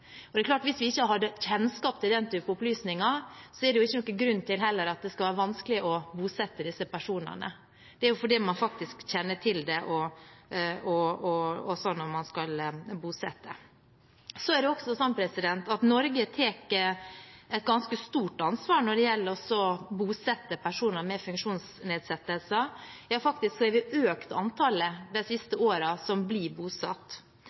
for det er klart at hvis vi ikke har kjennskap til den typen opplysninger, er det jo heller ikke noen grunn til at det skal være vanskelig å bosette disse personene når man skal bosette. Norge tar et ganske stort ansvar når det gjelder å bosette personer med funksjonsnedsettelser. Vi har faktisk økt antallet som blir bosatt,